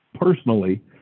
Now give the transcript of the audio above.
personally